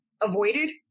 avoided